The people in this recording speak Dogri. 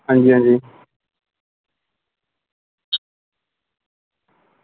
हां जी हां जी